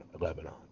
Lebanon